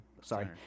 Sorry